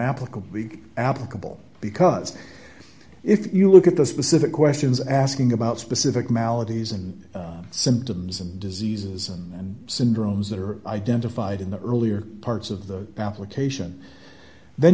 applicable big applicable because if you look at the specific questions asking about specific maladies and symptoms and diseases and syndromes that are identified in the earlier parts of the application then